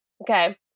Okay